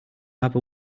have